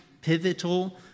pivotal